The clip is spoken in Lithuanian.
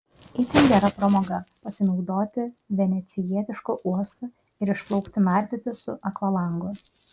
itin gera pramoga pasinaudoti venecijietišku uostu ir išplaukti nardyti su akvalangu